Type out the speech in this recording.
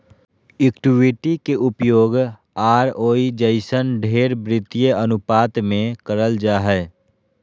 equity के उपयोग ROE जइसन ढेर वित्तीय अनुपात मे करल जा हय